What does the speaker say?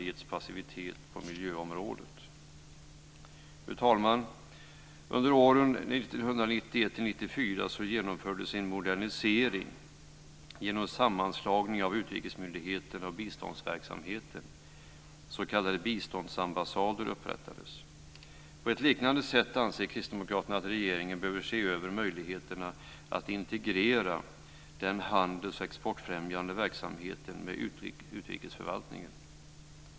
Under åren 1991-1994 genomfördes en modernisering genom sammanslagning av utrikesmyndigheterna och biståndsverksamheten. S.k. biståndsambassader upprättades. Kristdemokraterna anser att regeringen på ett liknande sätt bör se över möjligheterna att integrera den handels och exportfrämjande verksamheten med utrikesförvaltningen.